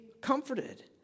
comforted